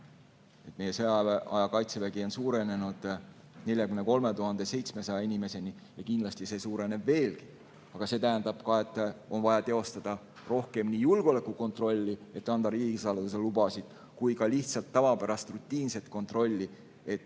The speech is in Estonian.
Meie sõjaaja Kaitsevägi on suurenenud 43 700 inimeseni ja kindlasti see suureneb veelgi. Aga see tähendab ka, et on vaja teostada rohkem nii julgeolekukontrolli, et anda riigisaladuse lubasid, kui ka lihtsalt tavapärast rutiinset kontrolli, et